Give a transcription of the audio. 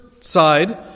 side